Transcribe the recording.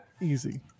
easy